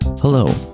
Hello